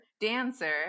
dancer